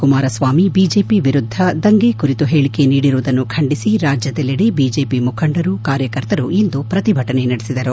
Kumaraswamy BJP ವಿರುದ್ದ ದಂಗೆ ಕುರಿತು ಹೇಳಿಕೆ ನೀಡಿರುವುದನ್ನು ಖಂಡಿಸಿ ರಾಜ್ನದೆಲ್ಲೆಡೆ ಬಿಜೆಪಿ ಮುಖಂಡರು ಕಾರ್ಯಕರ್ತರು ಇಂದು ಪ್ರತಿಭಟನೆ ನಡೆಸಿದರು